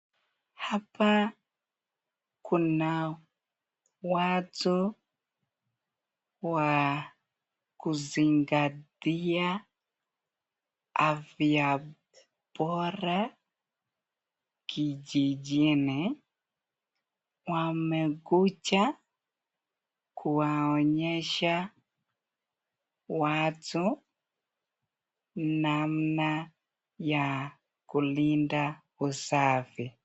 Hapa kuna watu wa kuzingatia afya bora kijijini .Wamekuja kuwaonyesha watu namna ya kulinda usafi.